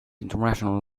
international